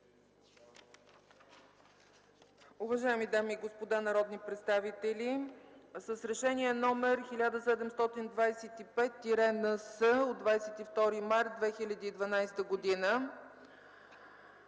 Уважаеми дами и господа народни представители, Решение № 1725-НС от 22 март 2012 г.